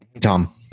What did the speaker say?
Tom